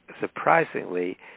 surprisingly